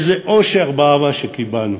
איזה עושר באהבה שקיבלנו.